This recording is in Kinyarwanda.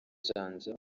janja